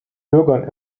bürgern